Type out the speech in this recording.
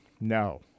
No